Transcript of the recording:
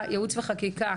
ייעוץ וחקיקה,